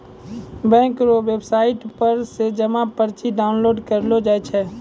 bank रो website पर से जमा पर्ची डाउनलोड करेलो जाय छै